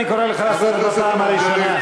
אני קורא אותך לסדר בפעם הראשונה.